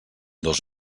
dos